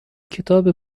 کتاب